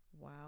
Wow